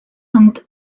and